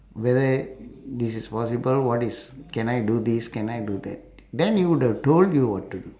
whether this is possible what is can I do this can I do that then he would have told you what to do